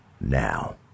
now